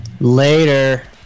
Later